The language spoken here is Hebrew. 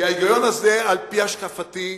כי על-פי השקפתי,